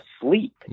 sleep